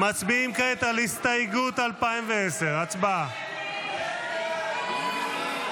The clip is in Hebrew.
-- הסתייגות 2011, הצבעה שמית.